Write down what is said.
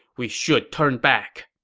we should turn back.